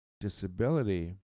disability